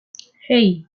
hey